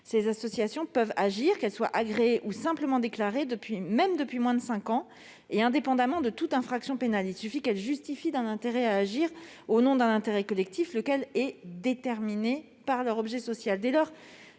Ces associations peuvent agir, qu'elles soient agréées ou simplement déclarées, même depuis moins de cinq ans, et indépendamment de toute infraction pénale. Il suffit qu'elles justifient d'un intérêt à agir au nom d'un intérêt collectif, lequel est déterminé par leur objet social.